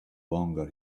longer